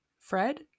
fred